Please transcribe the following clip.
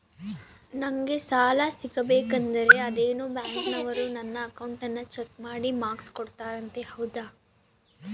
ನಂಗೆ ಸಾಲ ಸಿಗಬೇಕಂದರ ಅದೇನೋ ಬ್ಯಾಂಕನವರು ನನ್ನ ಅಕೌಂಟನ್ನ ಚೆಕ್ ಮಾಡಿ ಮಾರ್ಕ್ಸ್ ಕೋಡ್ತಾರಂತೆ ಹೌದಾ?